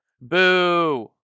Boo